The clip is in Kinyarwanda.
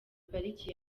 pariki